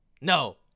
No